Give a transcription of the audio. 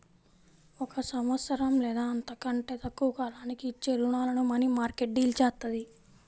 ఒక సంవత్సరం లేదా అంతకంటే తక్కువ కాలానికి ఇచ్చే రుణాలను మనీమార్కెట్ డీల్ చేత్తది